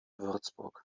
würzburg